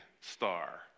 star